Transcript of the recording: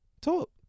Talk